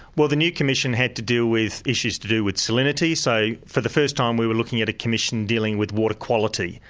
well the new commission had to deal with issues to do with salinity, so for the first time we were looking at a commission dealing with water quality,